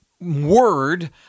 word